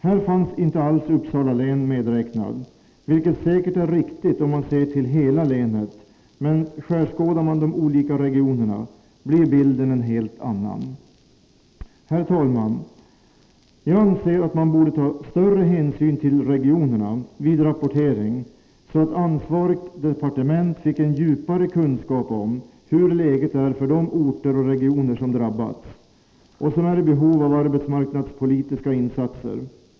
Här fanns inte alls Uppsala län medräknat, vilket säkert är riktigt om man ser till hela länet, men skärskådar man de olika regionerna blir bilden en helt annan. Herr talman! Jag anser att man borde ta större hänsyn till regionerna vid rapportering, så att ansvarigt departement fick en djupare kunskap om hur läget är för de orter och regioner som drabbats och som är i behov av arbetsmarknadspolitiska insatser.